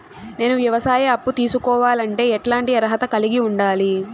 నేను వ్యవసాయ అప్పు తీసుకోవాలంటే ఎట్లాంటి అర్హత కలిగి ఉండాలి?